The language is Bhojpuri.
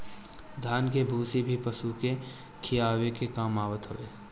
धान के भूसी भी पशु के खियावे के काम आवत हवे